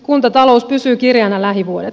kuntatalous pysyy kireänä lähivuodet